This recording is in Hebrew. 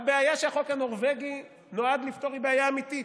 הבעיה שהחוק הנורבגי נועד לפתור היא בעיה אמיתית.